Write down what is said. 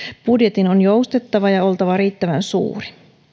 budjetin on joustettava ja oltava riittävän suuri